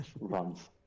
Runs